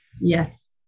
Yes